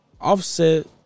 Offset